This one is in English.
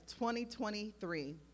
2023